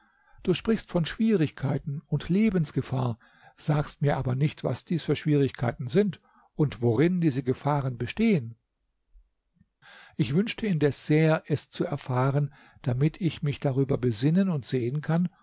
du sprichst von schwierigkeiten und lebensgefahr sagst mir aber nicht was dies für schwierigkeiten sind und worin diese gefahren bestehen ich wünschte indes sehr es zu erfahren damit ich mich darüber besinnen und sehen kann